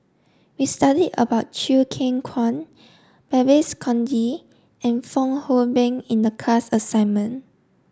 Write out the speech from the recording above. we studied about Chew Kheng Chuan Babes Conde and Fong Hoe Beng in the class assignment